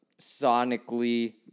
sonically